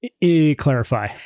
Clarify